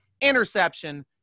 interception